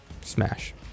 Smash